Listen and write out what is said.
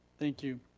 thank you.